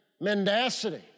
mendacity